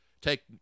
Take